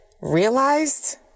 realized